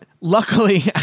luckily